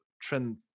trend